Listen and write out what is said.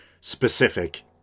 specific